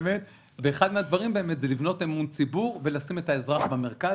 -- ואחד הדברים זה באמת לבנות אמון ציבור ולשים את האזרח במרכז.